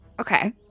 Okay